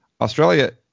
Australia